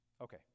Okay